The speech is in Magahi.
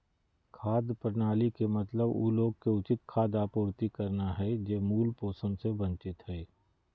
खाद्य प्रणाली के मतलब उ लोग के उचित खाद्य आपूर्ति करना हइ जे मूल पोषण से वंचित हइ